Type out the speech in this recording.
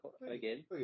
Again